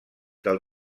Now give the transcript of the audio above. del